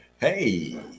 Hey